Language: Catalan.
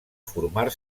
formar